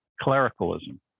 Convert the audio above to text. clericalism